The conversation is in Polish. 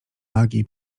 nagi